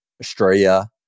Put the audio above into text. Australia